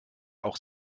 auch